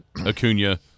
Acuna